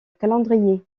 calendrier